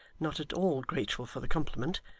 not at all grateful for the compliment,